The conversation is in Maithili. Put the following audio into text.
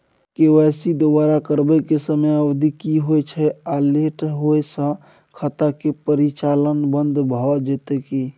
के.वाई.सी दोबारा करबै के समयावधि की होय छै आ लेट होय स खाता के परिचालन बन्द भ जेतै की?